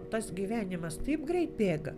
tas gyvenimas taip greitai bėga